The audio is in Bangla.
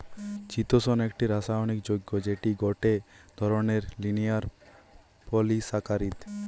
চিতোষণ একটি রাসায়নিক যৌগ্য যেটি গটে ধরণের লিনিয়ার পলিসাকারীদ